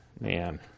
man